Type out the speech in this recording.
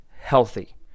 healthy